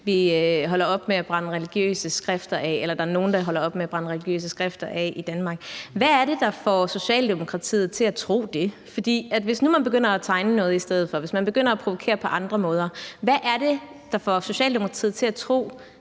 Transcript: være med at true os mere, så længe vi – eller nogen – holder op med at brænde religiøse skrifter af i Danmark. Hvad er det, der får Socialdemokratiet til at tro det? For hvis nu man begynder at tegne noget i stedet for, hvis man begynder at provokere på andre måder, hvad er det så, der får Socialdemokratiet til at tro, at